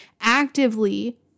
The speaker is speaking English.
Actively